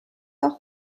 auch